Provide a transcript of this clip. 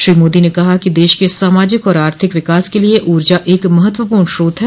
श्री मोदी ने कहा कि देश के सामाजिक और आर्थिक विकास के लिए ऊर्जा एक महत्वपूर्ण स्रोत है